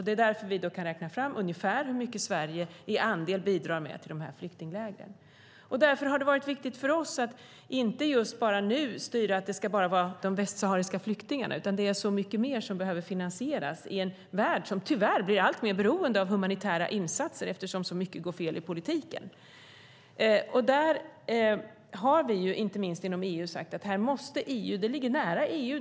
Det är därför vi kan räkna fram ungefär hur mycket Sverige i andel bidrar med till flyktinglägren. Det har varit viktigt för oss att inte nu styra till att det bara ska vara fråga om de västsahariska flyktingarna utan det är så mycket mer som behöver finansieras. Det sker i en värld som tyvärr blir alltmer beroende av humanitära insatser eftersom så mycket går fel i politiken. Inte minst inom EU har vi sagt att frågan ligger nära EU.